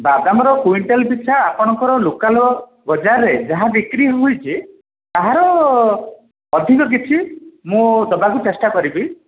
ବାଦାମର quintal ପିଛା ଆପଣଙ୍କର local ବଜାରରେ ଯାହା ବିକ୍ରି ହୋଇଛି ତାହାର ଅଧିକ କିଛି ମୁଁ ଦେବାକୁ ଚେଷ୍ଟା କରିବି